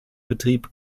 betrieb